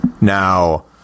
Now